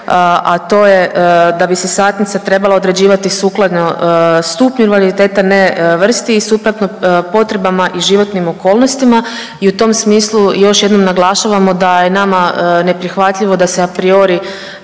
a to je da bi se satnica trebala određivati sukladno stupnju invaliditeta, a ne vrsti i suprotno potrebama i životnim okolnostima i u tom smislu još jednom naglašavamo da je nama neprihvatljivo da se a priori